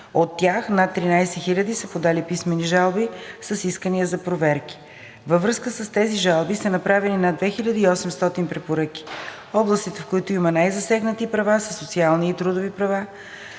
От тях над 13 хиляди са подали писмени жалби с искания за проверки. Във връзка с тези жалби са направени над 2800 препоръки. Областите, в които има най-засегнати права, са социалните и трудовите права,